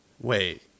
Wait